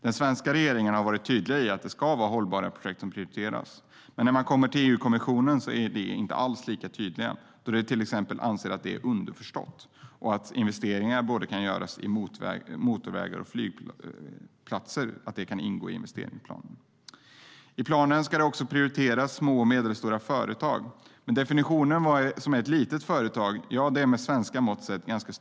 Den svenska regeringen har varit tydlig med att det ska vara hållbara projekt som prioriteras. Men EU-kommissionen och har inte alls varit lika tydlig då man anser att det är underförstått och att investeringar i motorvägar och flygplatser kan ingå i investeringsplanen. I planen ska också små och medelstora företag prioriteras. Men definitionen av vad som är ett litet företag är med svenska mått sett stora.